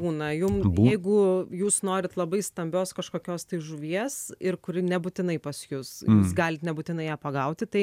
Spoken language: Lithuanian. būna jum jeigu jūs norit labai stambios kažkokios tai žuvies ir kuri nebūtinai pas jus jūs galit nebūtinai ją pagauti tai